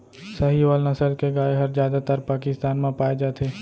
साहीवाल नसल के गाय हर जादातर पाकिस्तान म पाए जाथे